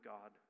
God